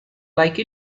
like